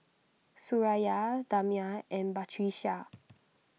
Suraya Damia and Batrisya